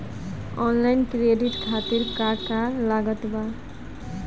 Online credit card खातिर का का लागत बा?